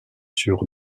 sur